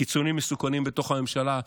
קיצונים מסוכנים בתוך הממשלה,